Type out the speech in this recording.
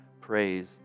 praise